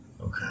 Okay